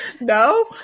No